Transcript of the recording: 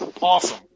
Awesome